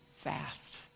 fast